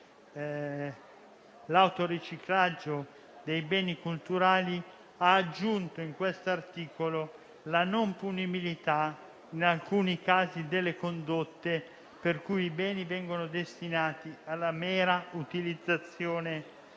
l'autoriciclaggio dei beni culturali, ha aggiunto in questo articolo la non punibilità in alcuni casi delle condotte in cui i beni vengono destinati alla mera utilizzazione